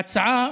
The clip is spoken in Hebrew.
ההצעה